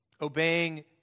Obeying